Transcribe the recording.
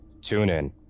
TuneIn